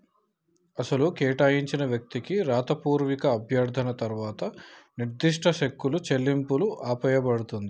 అసలు కేటాయించిన వ్యక్తికి రాతపూర్వక అభ్యర్థన తర్వాత నిర్దిష్ట సెక్కులు చెల్లింపులు ఆపేయబడుతుంది